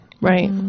Right